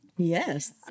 Yes